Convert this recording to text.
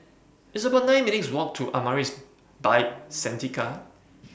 It's about nine minutes' Walk to Amaris By Santika